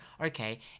okay